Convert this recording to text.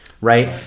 right